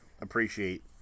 appreciate